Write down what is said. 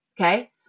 Okay